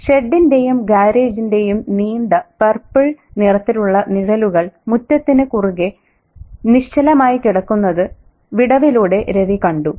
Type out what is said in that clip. ഷെഡിന്റെയും ഗാരേജിന്റെയും നീണ്ട പർപ്പിൾ നിറത്തിലുള്ള നിഴലുകൾ മുറ്റത്തിന് കുറുകെ നിശ്ചലമായി കിടക്കുന്നത് വിടവിലൂടെ രവി കണ്ടു